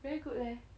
very good leh